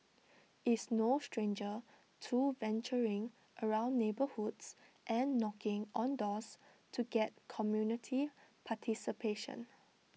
is no stranger to venturing around neighbourhoods and knocking on doors to get community participation